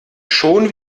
schon